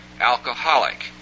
alcoholic